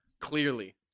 Clearly